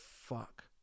fuck